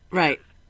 right